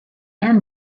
and